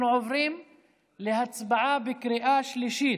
אנחנו עוברים להצבעה בקריאה שלישית.